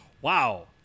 Wow